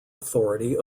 authority